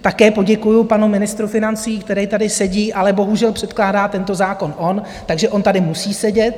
Také poděkuji panu ministru financí, který tady sedí, ale bohužel předkládá tento zákon on, takže on tady musí sedět.